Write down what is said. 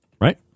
right